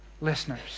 listeners